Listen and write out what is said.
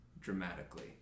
dramatically